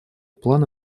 планы